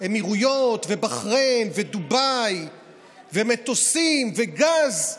אמירויות ובחריין ודובאי ומטוסים וגז.